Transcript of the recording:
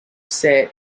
said